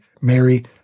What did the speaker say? Mary